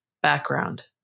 Background